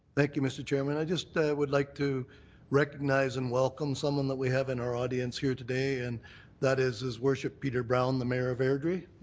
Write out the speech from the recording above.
thank you, mr. chairman. i just would like to recognize and welcome someone that we have in our audience here today, and that is his worship peter brown, the mayor of airdrie.